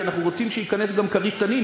כי אנחנו רוצים שייכנס גם "כריש" "תנין",